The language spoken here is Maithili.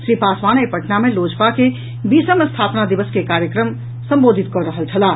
श्री पासवान आइ पटना मे लोजपा के बीसम स्थापना दिवस कार्यक्रम के संबोधित कऽ रहल छलाह